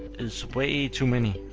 is way too many.